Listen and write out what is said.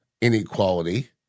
inequality